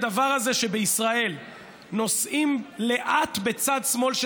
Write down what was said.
הדבר הזה שבישראל נוסעים לאט בצד שמאל של